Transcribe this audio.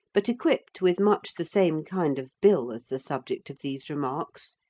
but equipped with much the same kind of bill as the subject of these remarks,